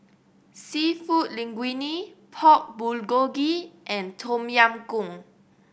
Seafood Linguine Pork Bulgogi and Tom Yam Goong